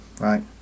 right